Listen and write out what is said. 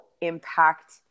impact